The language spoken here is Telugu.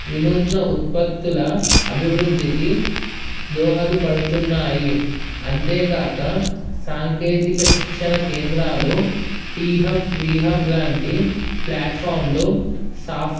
వినూత్న ఉత్పత్తుల అభివృద్ధికి దోహదపడుతున్నాయి అంతేగాక సాంకేతిక శిక్షణ కేంద్రాలు టీ హబ్ వి హబ్ లాంటి ప్లాట్ఫామ్లు సాఫ్